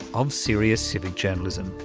of serious civic journalism.